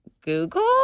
Google